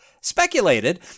speculated